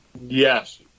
Yes